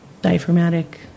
diaphragmatic